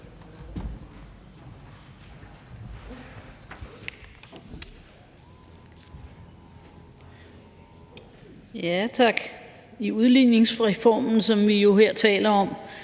Tak. I udligningsreformen, som vi jo her taler om,